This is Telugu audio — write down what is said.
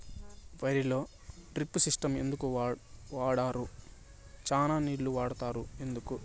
వరిలో డ్రిప్ సిస్టం ఎందుకు వాడరు? చానా నీళ్లు వాడుతారు ఎందుకు?